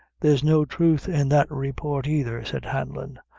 there's no truth in that report either, said hanlon.